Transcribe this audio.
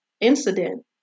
incident